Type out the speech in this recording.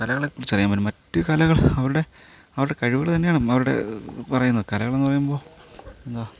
കലകളെ കുറിച്ച് അറിയാൻ പറ്റും മറ്റു കലകൾ അവരുടെ അവരുടെ കഴിവുകൾ തന്നെയാണ് അവരുടെ പറയുമെന്ന് കലകൾ എന്നു പറയുമ്പോൾ എന്താണ്